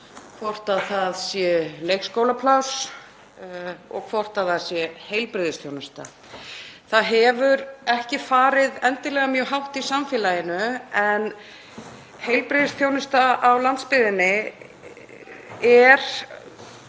hvort það séu leikskólapláss og hvort það sé heilbrigðisþjónusta. Það hefur ekki farið endilega mjög hátt í samfélaginu en heilbrigðisþjónusta á landsbyggðinni er